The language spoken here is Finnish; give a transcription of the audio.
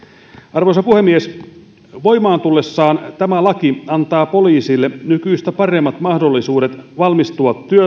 arvoisa puhemies voimaan tullessaan tämä laki antaa poliisille nykyistä paremmat mahdollisuudet valmistautua